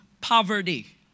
poverty